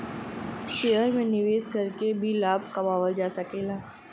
share में निवेश करके भी लाभ कमावल जा सकला